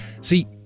See